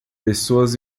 pessoas